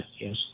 yes